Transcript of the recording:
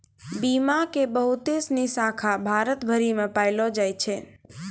बीमा के बहुते सिनी शाखा भारत भरि मे पायलो जाय छै